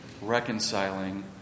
reconciling